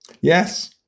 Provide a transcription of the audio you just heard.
yes